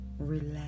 Relax